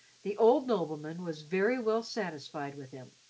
the old nobleman was very well satisfied with him.